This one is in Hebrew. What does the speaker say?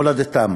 מולדתם,